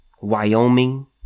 Wyoming